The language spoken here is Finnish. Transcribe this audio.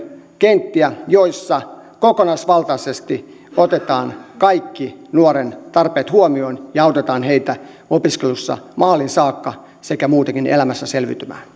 kenttiä joissa kokonaisvaltaisesti otetaan kaikki nuorten tarpeet huomioon ja autetaan heitä opiskeluissa maaliin saakka sekä muutenkin elämässä selviytymään